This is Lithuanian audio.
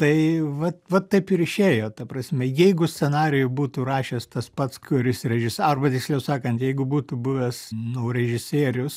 tai vat vat taip ir išėjo ta prasme jeigu scenarijų būtų rašęs tas pats kuris režisavo arba tiksliau sakant jeigu būtų buvęs nu režisierius